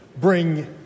bring